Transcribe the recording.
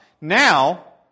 Now